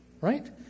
Right